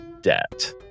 debt